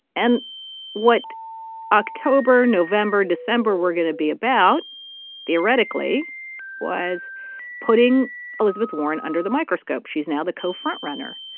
and what october november december were going to be about theoretically was putting elizabeth warren under the microscope. she's now the co front runner.